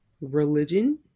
Religion